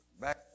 back